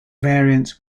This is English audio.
variants